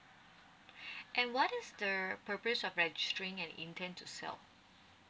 and what is the preparing of registering an intend to sell